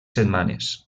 setmanes